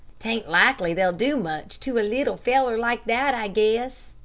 t aint likely they'll do much to a leetle feller like that, i guess,